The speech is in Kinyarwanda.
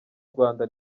rwanda